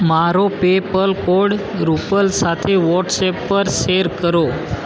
મારો PayPal code Rupal સાથે WhatsApp પર શેર કરો